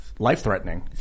Life-threatening